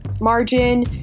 margin